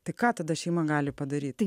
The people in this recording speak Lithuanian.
tai ką tada šeima gali padaryt